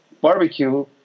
barbecue